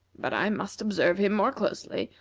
but i must observe him more closely,